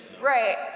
Right